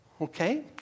Okay